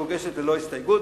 המוגשת ללא הסתייגות,